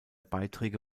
beiträge